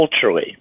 culturally